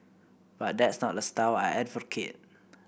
but that's not a style I advocate